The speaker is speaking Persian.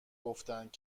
گفتند